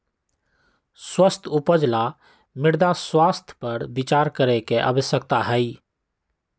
स्वस्थ उपज ला मृदा स्वास्थ्य पर विचार करे के आवश्यकता हई